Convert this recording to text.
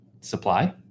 supply